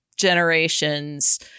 generations